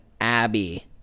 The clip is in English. Abby